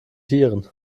tieren